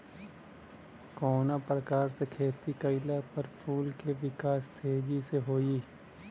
कवना प्रकार से खेती कइला पर फूल के विकास तेजी से होयी?